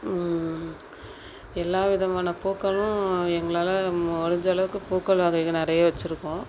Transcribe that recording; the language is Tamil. எல்லாவிதமான பூக்களும் எங்களால் முடிஞ்சளவுக்கு பூக்கள் வகைகள் நிறைய வச்சுருக்கோம்